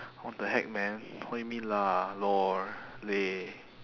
what the heck man what you mean lah lor leh